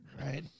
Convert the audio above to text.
right